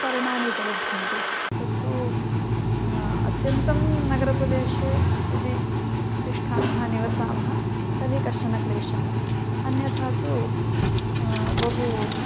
पर्णानि उपलभ्यन्ते तत्तु अत्यन्तं नगरप्रदेशे यदि तिष्ठामः निवसामः तर्हि कश्चनक्लेशः अन्यथा तु बहु